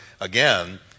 again